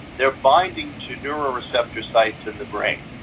they're binding to neuroreceptor sites in the brain.